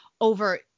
over